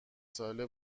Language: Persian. ساله